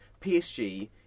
PSG